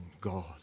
God